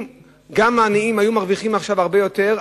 אם גם העניים היו מרוויחים עכשיו הרבה יותר,